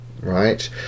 right